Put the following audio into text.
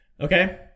Okay